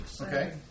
Okay